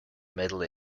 middle